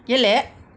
गेले